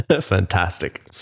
Fantastic